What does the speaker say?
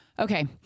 Okay